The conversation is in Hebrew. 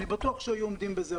אני בטוח שהיו עומדים בזה.